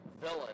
villain